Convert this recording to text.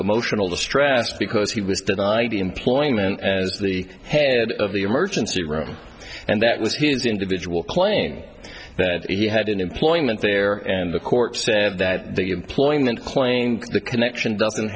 emotional distress because he was denied employment as the head of the emergency room and that was his individual claim that he had an employment there and the court said that the employment claimed the connection doesn't